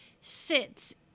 sits